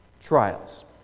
trials